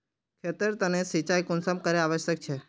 खेतेर तने सिंचाई कुंसम करे आवश्यक छै?